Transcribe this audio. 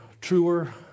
truer